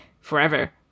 forever